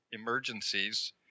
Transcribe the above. Emergencies